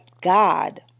God